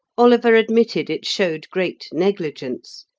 oliver admitted it showed great negligence,